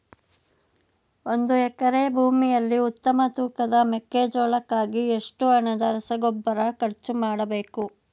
ಒಂದು ಎಕರೆ ಭೂಮಿಯಲ್ಲಿ ಉತ್ತಮ ತೂಕದ ಮೆಕ್ಕೆಜೋಳಕ್ಕಾಗಿ ಎಷ್ಟು ಹಣದ ರಸಗೊಬ್ಬರ ಖರ್ಚು ಮಾಡಬೇಕು?